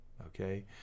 Okay